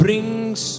Brings